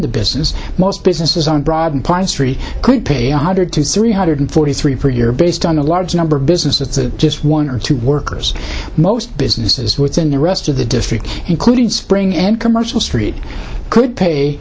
the business most businesses on broad street could pay one hundred to three hundred forty three per year based on a large number of business that just one or two workers most businesses within the rest of the district including spring and commercial street could pay